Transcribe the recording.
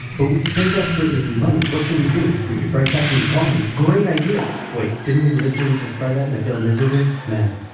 but we still desperately need money. what should we do? we could try taxing the colonies. great idea! wait, didn't we literally just try that, and it failed miserably? man,